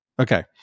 okay